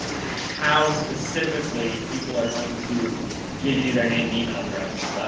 how's specifically people are going to give you their name and email address,